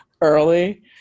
early